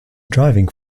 driving